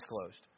closed